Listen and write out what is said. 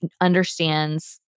understands